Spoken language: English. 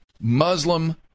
Muslim